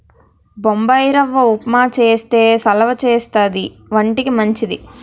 బొంబాయిరవ్వ ఉప్మా చేస్తే సలవా చేస్తది వంటికి మంచిది